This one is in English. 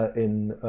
ah in